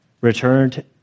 returned